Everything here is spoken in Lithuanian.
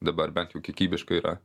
dabar bent jau kiekybiškai yra